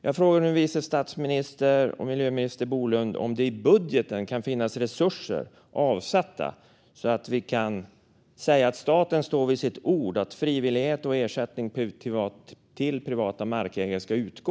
Jag frågar nu vice statsminister och miljöminister Bolund om det i budgeten kan finnas resurser avsatta så att vi kan säga att staten står vid sitt ord om frivillighet och om att ersättning till privata markägare ska utgå.